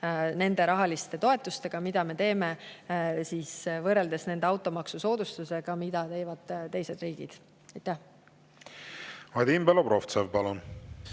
nende rahaliste toetustega, mida me teeme, võrreldes automaksusoodustustega, mida teevad teised riigid. Vadim Belobrovtsev, palun!